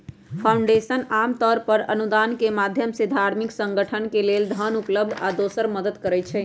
foundation आमतौर पर अनुदान के माधयम से धार्मिक संगठन के लेल धन उपलब्ध आ दोसर मदद करई छई